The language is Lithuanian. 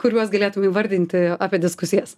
kuriuos galėtum įvardinti apie diskusijas